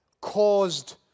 caused